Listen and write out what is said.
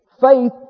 Faith